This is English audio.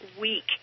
week